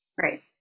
Right